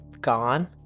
gone